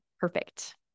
perfect